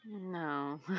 no